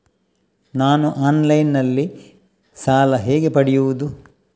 ನಾನು ಆನ್ಲೈನ್ನಲ್ಲಿ ಸಾಲ ಹೇಗೆ ಪಡೆಯುವುದು?